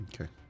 okay